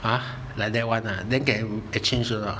!huh! like that [one] ah then can exchange or not